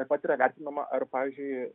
taip pat yra vertinama ar pavyzdžiui